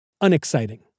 unexciting